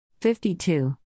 52